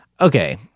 okay